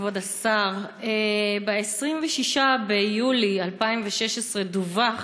כבוד השר, ב-26 ביולי 2016 דווח